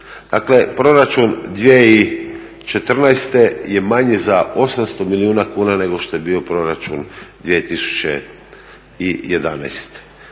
Dakle, proračun 2014. je manje za 800 milijuna kuna nego što je bio proračun 2011.